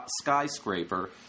skyscraper